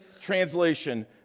Translation